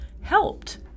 helped